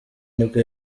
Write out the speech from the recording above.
nibwo